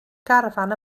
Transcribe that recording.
garafán